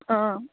ꯑꯥ